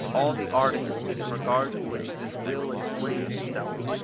all the articles, in regard to which this will explains itself,